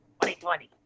2020